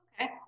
Okay